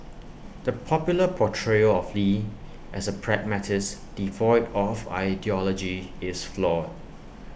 the popular portrayal of lee as A pragmatist devoid of ideology is flawed